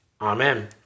Amen